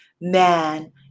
man